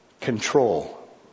Control